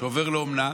שעובר לאומנה,